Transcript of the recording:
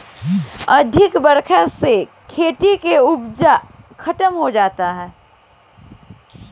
अधिका बरखा से खेती के उपज खतम हो जाता